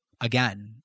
again